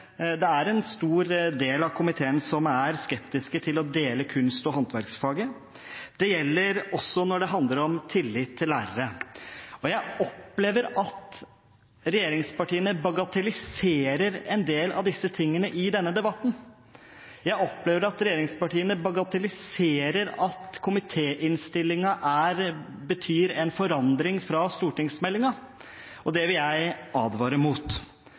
en stor del av komiteen som er skeptisk til å dele faget kunst og håndverk – og det gjelder også når det handler om tillit til lærere. Jeg opplever at regjeringspartiene bagatelliserer en del av disse tingene i denne debatten. Jeg opplever at regjeringspartiene bagatelliserer at komitéinnstillingen betyr en forandring fra stortingsmeldingen, og det vil jeg advare mot.